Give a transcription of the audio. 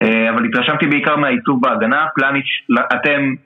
אבל התרשמתי בעיקר מהייצוג בהגנה, פלניץ', אתם...